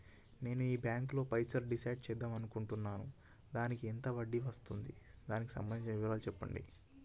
నేను ఈ బ్యాంకులో పైసలు డిసైడ్ చేద్దాం అనుకుంటున్నాను దానికి ఎంత వడ్డీ వస్తుంది దానికి సంబంధించిన వివరాలు చెప్పండి?